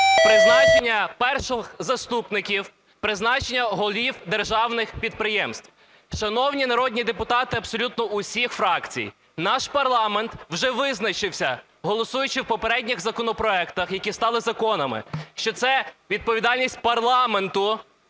призначення перших заступників, призначення голів державних підприємств. Шановні народні депутати абсолютно усіх фракцій, наш парламент вже визначився, голосуючи в попередніх законопроектах, які стали законами, що це відповідальність парламенту